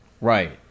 Right